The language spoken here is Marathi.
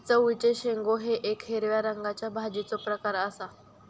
चवळीचे शेंगो हे येक हिरव्या रंगाच्या भाजीचो प्रकार आसा